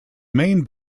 main